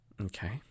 Okay